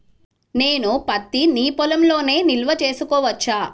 నేను పత్తి నీ పొలంలోనే నిల్వ చేసుకోవచ్చా?